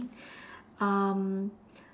um